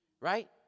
right